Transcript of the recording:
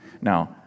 Now